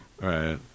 Right